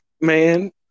man